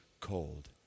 cold